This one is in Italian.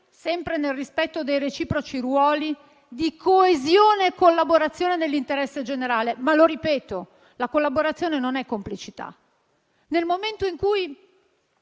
sempre nel rispetto dei reciproci ruoli, di coesione e collaborazione nell'interesse generale. Ma - lo ripeto - la collaborazione non è complicità. Lei ci